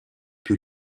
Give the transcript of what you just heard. più